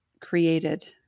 created